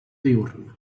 diürn